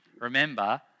Remember